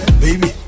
baby